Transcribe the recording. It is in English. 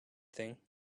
thing